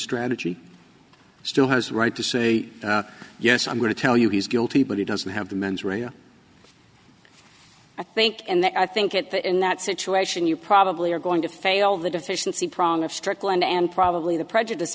strategy still has the right to say yes i'm going to tell you he's guilty but he doesn't have the mens rea i think and i think at the in that situation you probably are going to fail the deficiency prong of strickland and probably the prejudice